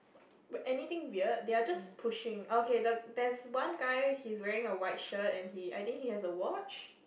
anything weird they are just pushing okay the~ there's one guy he's wearing a white shirt and he I think he has a watch